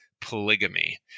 polygamy